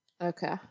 Okay